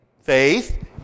faith